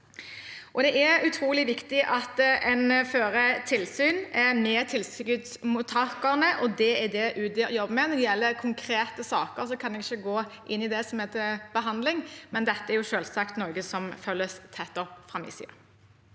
Det er utrolig viktig at en fører tilsyn med tilskuddsmottakerne, og det er det Udir jobber med. Når det gjelder konkrete saker, kan jeg ikke gå inn i det som er til behandling, men dette er selvsagt noe som følges tett opp fra min side.